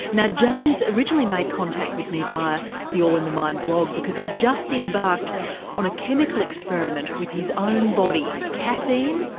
now james originally made contact with me via the all in the mind blog because he'd just embarked on a chemical experiment with his own body caffeine,